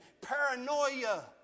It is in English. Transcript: paranoia